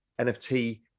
NFT